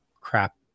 crap